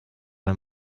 bei